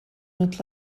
not